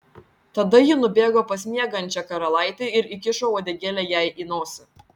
tada ji nubėgo pas miegančią karalaitę ir įkišo uodegėlę jai į nosį